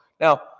Now